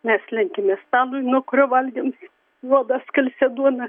mes lenkiamės stalui nuo kurio valgėm juodą skalsią duoną